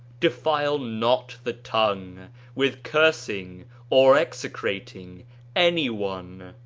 defile not the tongue with cursing or execrating any one,